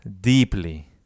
deeply